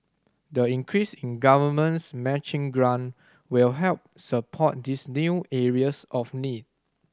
the increase in Government's matching grant will help support these new areas of need